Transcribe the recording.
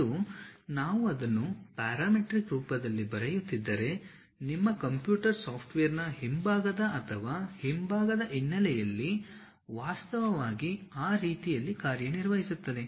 ಮತ್ತು ನಾವು ಅದನ್ನು ಪ್ಯಾರಾಮೀಟರ್ ರೂಪದಲ್ಲಿ ಬರೆಯುತ್ತಿದ್ದರೆ ನಿಮ್ಮ ಕಂಪ್ಯೂಟರ್ ಸಾಫ್ಟ್ವೇರ್ನ ಹಿಂಭಾಗದ ಅಥವಾ ಹಿಂಭಾಗದ ಹಿನ್ನೆಲೆಯಲ್ಲಿ ವಾಸ್ತವವಾಗಿ ಆ ರೀತಿಯಲ್ಲಿ ಕಾರ್ಯನಿರ್ವಹಿಸುತ್ತದೆ